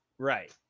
right